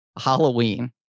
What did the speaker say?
Halloween